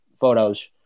photos